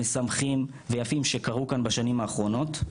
משמחים ויפים שקרו כאן בשנים האחרונות,